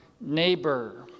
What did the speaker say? neighbor